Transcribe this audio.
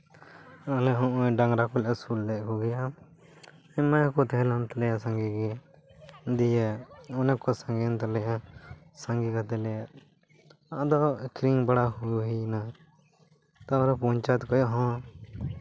ᱟᱞᱮ ᱦᱚᱸ ᱰᱟᱝᱨᱟ ᱠᱚᱞᱮ ᱟᱹᱥᱩᱞ ᱞᱮᱜ ᱠᱚᱜᱮᱭᱟ ᱟᱭᱢᱟ ᱜᱮᱠᱚ ᱛᱟᱦᱮ ᱠᱟᱱ ᱛᱟᱞᱮᱭᱟ ᱥᱟᱸᱜᱮ ᱜᱮ ᱫᱤᱭᱮ ᱚᱱᱮᱠ ᱠᱚ ᱥᱟᱸᱜᱮᱭᱮᱱ ᱛᱟᱞᱮᱭᱟ ᱥᱟᱸᱜᱮ ᱠᱟᱛᱮᱜ ᱞᱮ ᱟᱫᱚ ᱟᱹᱠᱷᱨᱤᱧ ᱵᱟᱲᱟ ᱦᱩᱭ ᱮᱱᱟ ᱛᱟᱨᱯᱚᱨᱮ ᱯᱚᱧᱪᱟᱭᱮᱛ ᱠᱚᱱ ᱦᱚᱸ